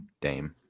Dame